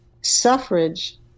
suffrage